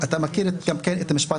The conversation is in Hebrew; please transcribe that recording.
הזכות לכבוד